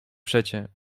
przecie